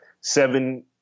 seven